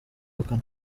ubukana